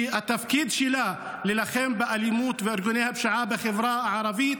שהתפקיד שלה הוא להילחם באלימות ובארגוני הפשיעה בחברה הערבית.